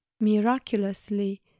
miraculously